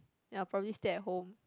then I will probably stay at home